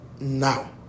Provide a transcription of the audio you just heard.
Now